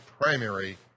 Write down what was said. primary